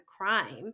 crime